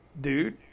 dude